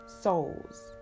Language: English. souls